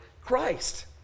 Christ